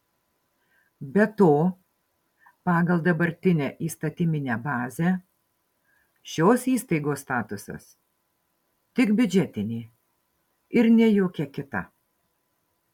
be to pagal dabartinę įstatyminę bazę šios įstaigos statusas tik biudžetinė ir ne jokia kita